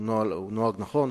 הוא נוהג נכון,